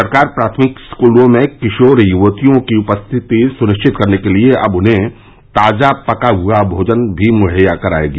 सरकार प्राथमिक स्कूलों में किशोर युवतियों की उपस्थिति सुनिश्चित करने के लिये अब उन्हें ताजा पका हुआ भोजन भी मुहैया करायेगी